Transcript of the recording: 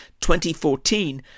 2014